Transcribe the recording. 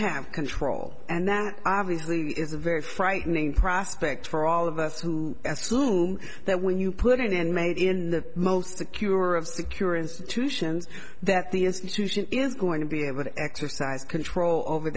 have control and that obviously is a very frightening prospect for all of us who assume that when you put it in made in the most secure of secure institutions that the institution is going to be able to exercise control over